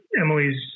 Emily's